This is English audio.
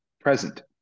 present